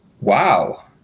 wow